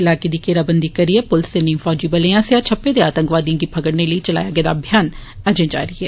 इलाकें दी घेराबंदी करिए पुलस ते नींम फौजी बलें आस्सेआ छप्पे दे आतंकवादिएं गी फगड़ने लेई चलाया गेदा अभियान अजें जारी ऐ